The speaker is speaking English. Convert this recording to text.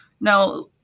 Now